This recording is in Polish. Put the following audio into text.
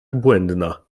błędna